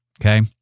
Okay